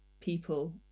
people